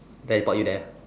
teleport you there